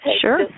sure